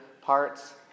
parts